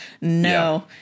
no